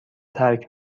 ترک